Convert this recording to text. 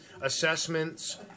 assessments